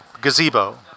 gazebo